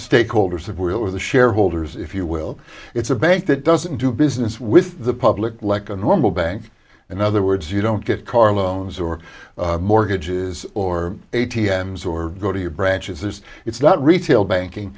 stakeholders of were the shareholders if you will it's a bank that doesn't do business with the public like a normal bank in other words you don't get car loans or mortgages or a t m zor go to your branches there's it's not retail banking